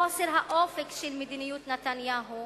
חוסר האופק של מדיניות נתניהו